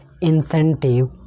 incentive